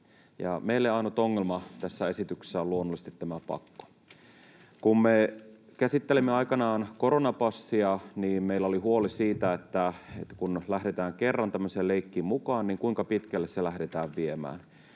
Meille ainut ongelma tässä esityksessä on luonnollisesti tämä pakko. Kun me käsittelimme aikanaan koronapassia, niin meillä oli huoli siitä, että kun lähdetään kerran tämmöiseen leikkiin mukaan, niin kuinka pitkälle sitä lähdetään viemään.